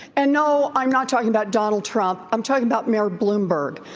and no i'm not talking about donald trump, i'm talking about mayor bloomberg.